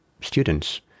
students